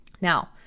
Now